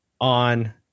on